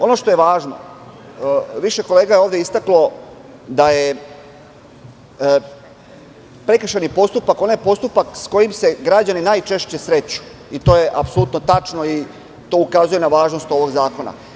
Ono što je važno, više kolega je ovde istaklo da je prekršajni postupak onaj postupak s kojim se građani najčešće sreću i to je apsolutno tačno i to ukazuje na važnost ovog zakona.